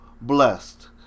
blessed